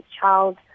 child